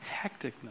hecticness